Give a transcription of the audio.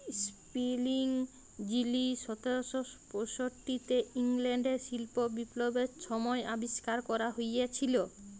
spinning যিলি সতের শ পয়ষট্টিতে ইংল্যাল্ডে শিল্প বিপ্লবের ছময় আবিষ্কার ক্যরা হঁইয়েছিল